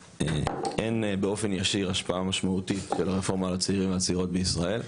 שאין באופן ישיר השפעה משמעותית של הרפורמה על הצעירים והצעירות בישראל.